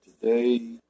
today